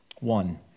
One